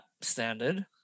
standard